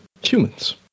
humans